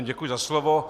Děkuji za slovo.